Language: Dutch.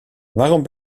waarom